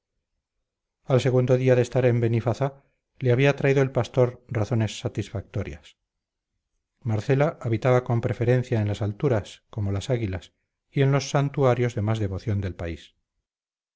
al segundo día de estar en benifazá le había traído el pastor razones satisfactorias marcela habitaba con preferencia en las alturas como las águilas y en los santuarios de más devoción del país